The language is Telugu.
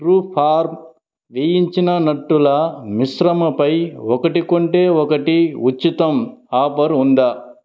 ట్రూఫార్మ్ వేయించిన నట్టుల మిశ్రమపై ఒకటి కొంటే ఒకటి ఉచితం ఆఫర్ ఉందా